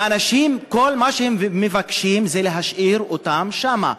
האנשים, כל מה שהם מבקשים זה להשאיר אותם שם.